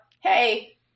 hey